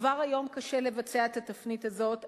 כבר היום קשה לבצע את התפנית הזאת,